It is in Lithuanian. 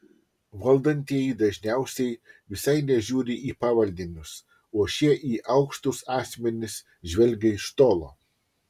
valdantieji dažniausiai visai nežiūri į pavaldinius o šie į aukštus asmenis žvelgia iš tolo